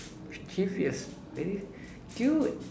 mischievous very cute